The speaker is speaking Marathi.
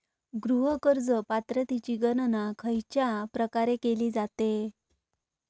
गृह कर्ज पात्रतेची गणना खयच्या प्रकारे केली जाते?